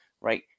Right